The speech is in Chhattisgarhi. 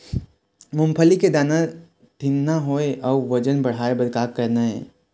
मूंगफली के दाना ठीन्ना होय अउ वजन बढ़ाय बर का करना ये?